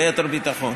ליתר ביטחון,